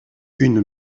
une